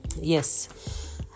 yes